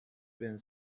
been